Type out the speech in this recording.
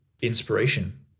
inspiration